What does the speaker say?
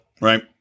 right